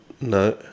No